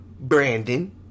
Brandon